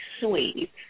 sweet